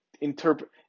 interpret